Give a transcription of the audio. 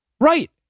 Right